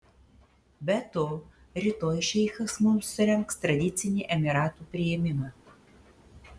be to rytoj šeichas mums surengs tradicinį emyratų priėmimą